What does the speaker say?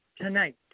tonight